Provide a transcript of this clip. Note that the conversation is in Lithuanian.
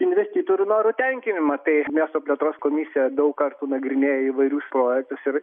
investitorių norų tenkinimą bei miesto plėtros komisija daug kartų nagrinėja įvairius projektus ir